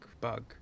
bug